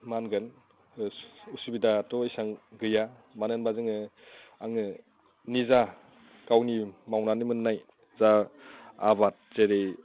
मा होनगोन उसुबिदाथ' एसेबां गैया मानो होनबा जोङो आङो निजा गावनि मावनानै मोननाय जा आबाद जेरै